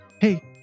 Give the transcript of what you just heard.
Hey